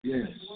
Yes